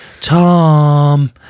tom